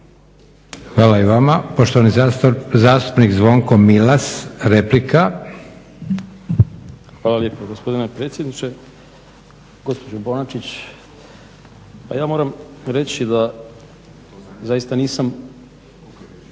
Hvala i vama. Poštovani zastupnik Zvonko Milas replika. **Milas, Zvonko (HDZ)** Hvala lijepo gospodine predsjedniče. Gospođo Bonačić pa ja moram reći da zaista nisam